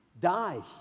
die